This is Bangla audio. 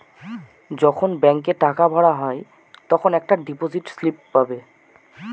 যখন ব্যাঙ্কে টাকা ভরা হয় তখন একটা ডিপোজিট স্লিপ পাবে